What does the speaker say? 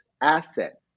asset